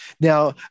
Now